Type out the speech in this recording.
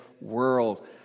world